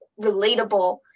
relatable